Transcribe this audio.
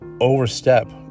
overstep